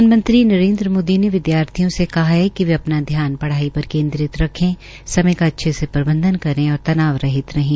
प्रधानमंत्री नरेन्द्र मोदी ने विदयार्थियों से कहा है कि वे अपना ध्यान पढ़ाई पर केन्द्रित रखे समय का अच्छा से प्रबंधन करे और तनाव रहित रहें